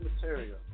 material